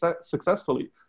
successfully